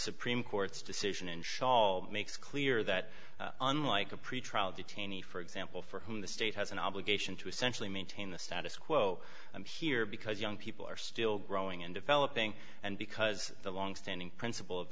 supreme court's decision in shawl makes clear that unlike a pretrial detainee for example for whom the state has an obligation to essentially maintain the status quo here because young people are still growing and developing and because the longstanding principle of